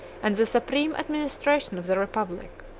and the supreme administration of the republic,